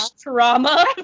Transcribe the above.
trauma